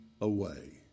away